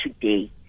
today